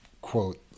quote